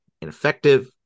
ineffective